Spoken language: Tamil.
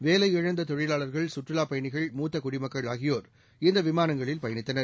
வேலை இழந்த தொழிலாளர்கள் சுற்றுலா பயணிகள் மூத்த குடிமக்கள் ஆகியோர் இந்த விமானங்களில் பயணித்தனர்